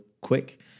quick